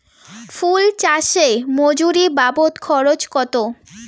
ফুল চাষে মজুরি বাবদ খরচ কত?